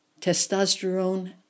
Testosterone